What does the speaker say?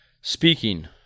speaking